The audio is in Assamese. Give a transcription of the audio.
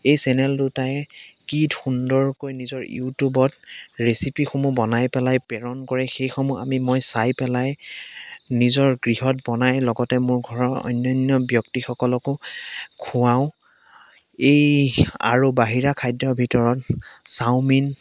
এই চেনেল দুটাই কি সুন্দৰকৈ নিজৰ ইউটিউবত ৰেচিপিসমূহ বনাই পেলাই প্ৰেৰণ কৰে সেইসমূহ আমি মই চাই পেলাই নিজৰ গৃহত বনাই লগতে মোৰ ঘৰৰ অন্যান্য ব্যক্তিসকলকো খোৱাওঁ এই আৰু বাহিৰা খাদ্যৰ ভিৰতৰ চাওমিন